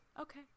okay